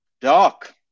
Doc